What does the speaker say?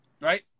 Right